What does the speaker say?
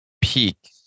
peak